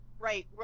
Right